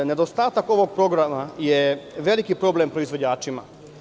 Nedostatak ovog programa je veliki problem proizvođačima.